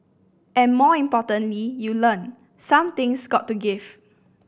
and more importantly you learn some things got to give